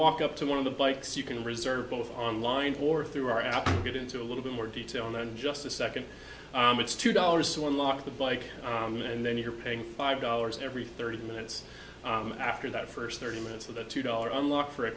walk up to one of the bikes you can reserve both online or through our app get into a little bit more detail than just a second it's two dollars to unlock the bike and then you're paying five dollars every thirty minutes after that first thirty minutes of the two dollars unlock for a